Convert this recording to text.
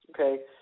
Okay